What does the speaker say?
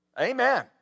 Amen